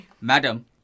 Madam